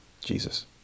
Jesus